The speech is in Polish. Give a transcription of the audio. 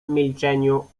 milczeniu